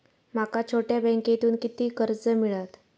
माका छोट्या बँकेतून किती कर्ज मिळात?